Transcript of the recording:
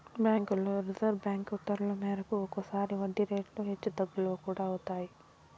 బ్యాంకుల్లో reserve bank ఉత్తర్వుల మేరకు ఒక్కోసారి వడ్డీ రేట్లు హెచ్చు తగ్గులు కూడా అవుతాయి